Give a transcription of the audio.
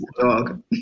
Dog